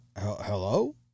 hello